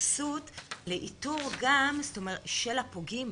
התייחסות לאיתור גם של הפוגעים